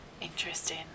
interesting